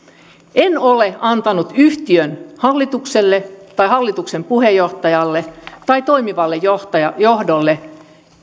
en ole antanut yhtiön hallitukselle tai hallituksen puheenjohtajalle tai toimivalle johdolle